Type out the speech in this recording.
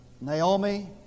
Naomi